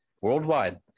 worldwide